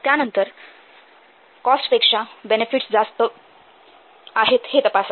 त्यानंतर कॉस्टपेक्षा बेनेफिटस जास्त फायदे आहेत हे तपासा